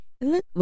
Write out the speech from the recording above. look